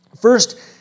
First